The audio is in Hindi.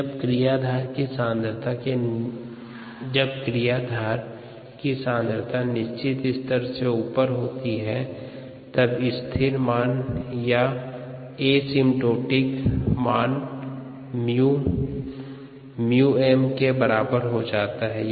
जब क्रियाधार की सांद्रता निश्चित स्तर से ऊपर होती है तब स्पर्शोन्मुख या एसिम्पटोटिक मान 𝜇 𝜇m के बराबर हो जाता है